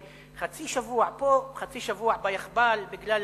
חצי שבוע פה וחצי שבוע ביאחב"ל בגלל